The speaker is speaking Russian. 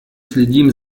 следим